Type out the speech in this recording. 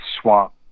swamp